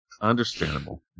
Understandable